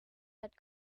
had